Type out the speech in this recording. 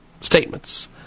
statements